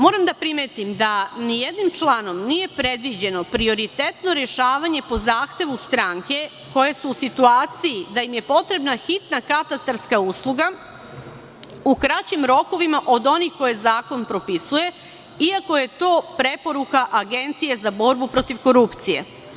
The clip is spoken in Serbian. Moram da primetim da nijednim članom nije predviđeno prioritetno rešavanje po zahtevu stranke koje su u situaciji da im je potrebna hitna katastarska usluga u kraćim rokovima od onih koje zakon propisuje, iako je to preporuka Agencije za borbu protiv korupcije.